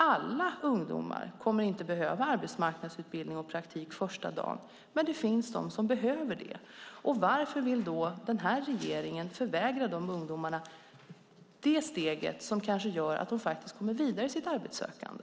Alla ungdomar kommer inte att behöva arbetsmarknadsutbildning och praktik första dagen, men det finns de som behöver det. Varför vill då regeringen förvägra de ungdomarna det steget som kanske gör att de faktiskt kommer vidare i sitt arbetssökande?